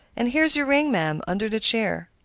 and here's your ring, ma'am, under the chair.